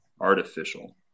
artificial